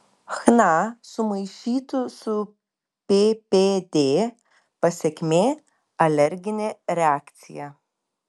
chna sumaišytų su ppd pasekmė alerginė reakcija